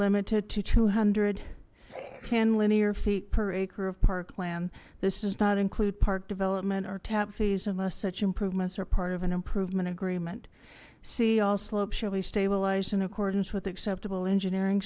limited to two hundred ten linear feet per acre of parkland this is not include park development are tapped unless such improvements are part of an improvement agreement see all slope shall be stabilized in accordance with acceptable engineering